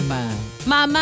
Mama